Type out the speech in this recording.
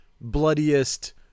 bloodiest